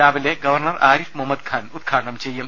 രാവിലെ ഗവർണർ ആരിഫ് മുഹമ്മദ് ഖാൻ ഉദ്ഘാടനം ചെയ്യും